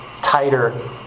tighter